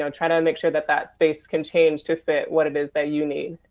so try to and make sure that that space can change to fit what it is that you need.